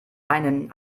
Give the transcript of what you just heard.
einen